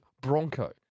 Bronco